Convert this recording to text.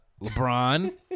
LeBron